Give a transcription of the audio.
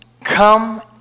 Come